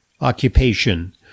occupation